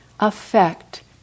affect